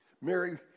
Mary